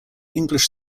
english